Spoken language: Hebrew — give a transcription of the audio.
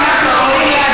לא ראיתי.